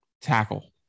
Tackle